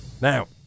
Now